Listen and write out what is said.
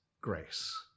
grace